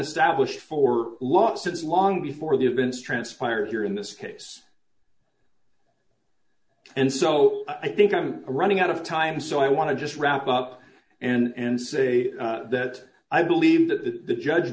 established for law since long before the events transpire here in this case and so i think i'm running out of time so i want to just wrap up and say that i believe that the judge